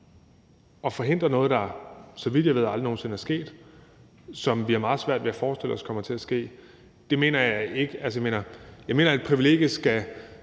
at forhindre noget, der, så vidt jeg ved aldrig nogen sinde er sket, og som vi har meget svært ved at forestille os kommer til at ske, mener jeg ikke eksisterer. Jeg mener, at for at et privilegie